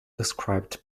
described